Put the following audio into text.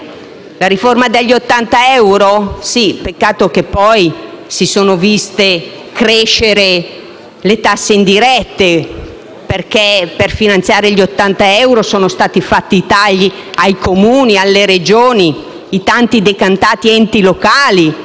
la riforma degli 80 euro? Peccato che poi si sono viste crescere le tasse indirette, perché, per finanziare gli 80 euro, sono stati fatti tagli ai Comuni e alle Regioni, i tanto decantati enti locali.